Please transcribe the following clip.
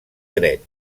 dret